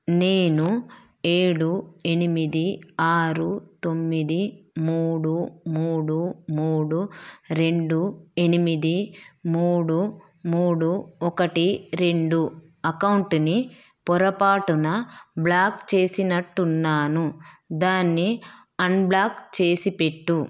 నేను ఏడు ఎనిమిది ఆరు తొమ్మిది మూడు మూడు మూడు రెండు ఎనిమిది మూడు మూడు ఒకటి రెండు అకౌంట్ని పొరపాటున బ్లాక్ చేసినట్టున్నాను దాన్ని అన్బ్లాక్ చేసిపెట్టు